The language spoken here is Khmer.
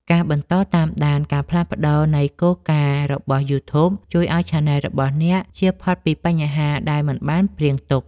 ការបន្តតាមដានការផ្លាស់ប្តូរនៃគោលការណ៍របស់ យូធូប ជួយឱ្យឆានែលរបស់អ្នកជៀសផុតពីបញ្ហាដែលមិនបានព្រាងទុក។